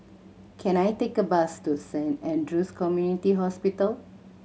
can I take a bus to Saint Andrew's Community Hospital